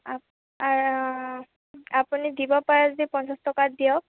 আপুনি দিব পাৰে যদি পঞ্চাছ টকাত দিয়ক